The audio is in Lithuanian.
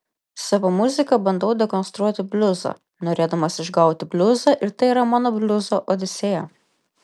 savo muzika bandau dekonstruoti bliuzą norėdamas išgauti bliuzą ir tai yra mano bliuzo odisėja